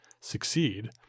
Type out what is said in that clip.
succeed